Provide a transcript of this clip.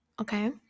Okay